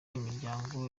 imiryango